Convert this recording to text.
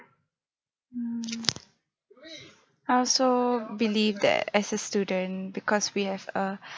mm I also believe that as a student because we have a